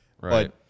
right